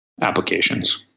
applications